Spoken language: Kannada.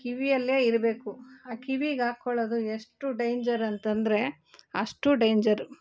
ಕಿವಿಯಲ್ಲೇ ಇರಬೇಕು ಆ ಕಿವಿಗೆ ಹಾಕೊಳೋದು ಎಷ್ಟು ಡೇಂಜರ್ ಅಂತಂದರೆ ಅಷ್ಟು ಡೇಂಜರ್